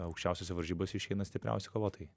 aukščiausiose varžybose išeina stipriausi kovotojai